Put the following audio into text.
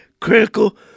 critical